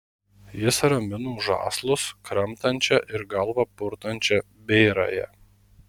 jis ramino žąslus kramtančią ir galvą purtančią bėrąją